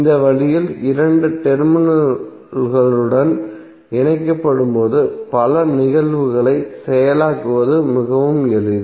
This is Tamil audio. இந்த வழியில் இரண்டு டெர்மினல்களுடன் இணைக்கப்படும்போது பல நிகழ்வுகளை செயலாக்குவது மிகவும் எளிது